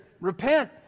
repent